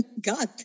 God